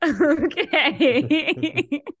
Okay